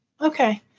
Okay